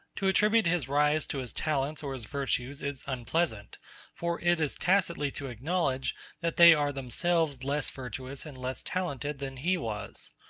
to attribute his rise to his talents or his virtues is unpleasant for it is tacitly to acknowledge that they are themselves less virtuous and less talented than he was.